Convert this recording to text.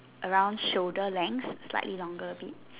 around shoulder length slightly longer a bit